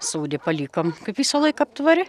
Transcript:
sode palikom kaip visąlaik aptvare